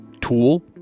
tool